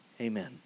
Amen